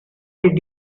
did